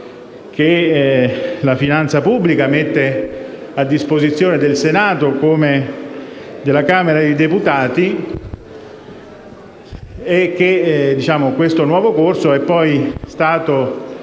che la finanza pubblica mette a disposizione del Senato come della Camera dei deputati. Questo nuovo corso è stato,